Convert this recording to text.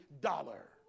Dollar